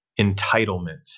entitlement